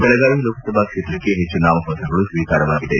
ಬೆಳಗಾವಿ ಲೋಕಸಭಾ ಕ್ಷೇತ್ರಕ್ಕ ಹೆಚ್ಚು ನಾಮಪತ್ರಗಳು ಸ್ವೀಕಾರವಾಗಿವೆ